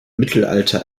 mittelalter